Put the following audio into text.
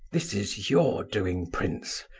this is your doing, prince,